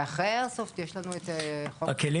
ואחרי האיירסופט יש לנו את חוק --- הכלים